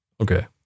Okay